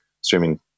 streaming